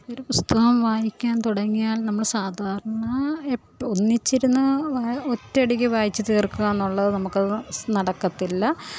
ഒരു പുസ്തകം വായിക്കാൻ തുടങ്ങിയാൽ നമ്മൾ സാധാരണ എപ്പോൾ ഒന്നിച്ചിരുന്നാൽ ഒറ്റയടിക്ക് വായിച്ചു തീർക്കുക എന്നുള്ളത് നമുക്ക് അത് നടക്കത്തില്ല